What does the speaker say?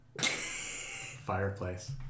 fireplace